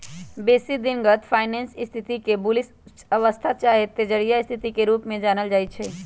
बेशी दिनगत फाइनेंस स्थिति के बुलिश अवस्था चाहे तेजड़िया स्थिति के रूप में जानल जाइ छइ